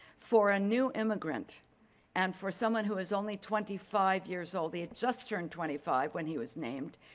for a new immigrant and for someone who was only twenty five years old, he had just turned twenty five when he was named.